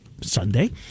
Sunday